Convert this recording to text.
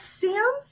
Sam